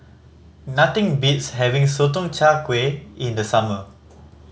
nothing beats having Sotong Char Kway in the summer